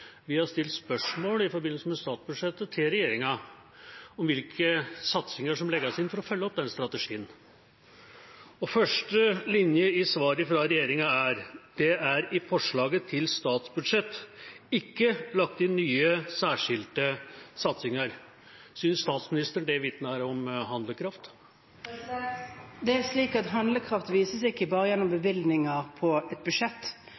Vi har stilt spørsmål til regjeringa i forbindelse med statsbudsjettet om hvilke satsinger som legges inn for å følge opp den strategien. I første linje i svaret fra regjeringa står det at det i forslaget til statsbudsjett ikke er lagt inn nye, særskilte satsinger. Synes statsministeren det vitner om handlekraft? Det er slik at handlekraft vises ikke bare gjennom bevilgninger i et budsjett.